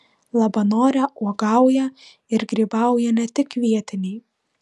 labanore uogauja ir grybauja ne tik vietiniai